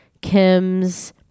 Kim's